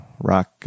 rock